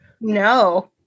No